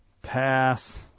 pass